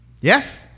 Yes